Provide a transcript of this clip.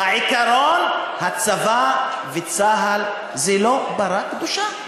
העיקרון, הצבא וצה"ל זה לא פרה קדושה.